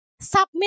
Submit